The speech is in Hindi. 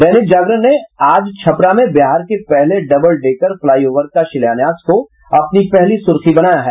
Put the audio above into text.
दैनिक जागरण ने आज छपरा में बिहार के पहले डबल डेकर फ्लाईओवर का शिलान्यास को अपनी पहली सुर्खी बनाया है